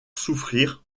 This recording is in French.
souffrir